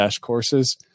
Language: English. courses